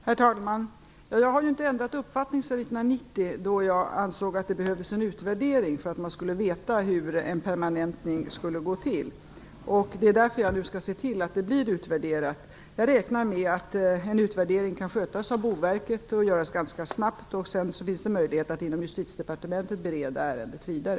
Herr talman! Jag har inte ändrat uppfattning sedan 1990, då jag ansåg att det behövdes en utvärdering för att få veta hur en permanentning skulle gå till. Det är därför som jag nu skall se till att detta blir utvärderat. Jag räknar med att en utvärdering kan skötas av Boverket och att det kan göras ganska snabbt. Sedan finns det möjligheter att inom Justitiedepartementet bereda ärendet vidare.